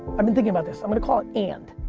i've been thinking about this, i'm gonna call it and.